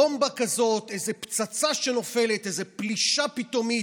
בומבה כזאת, איזה פצצה שנופלת, איזה פלישה פתאומית